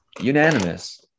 Unanimous